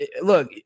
look